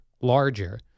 larger